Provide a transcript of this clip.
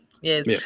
Yes